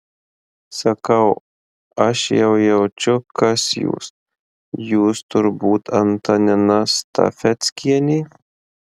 sakau aš jau jaučiu kas jūs jūs turbūt antanina stafeckienė